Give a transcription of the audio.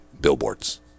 billboards